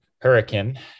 hurricane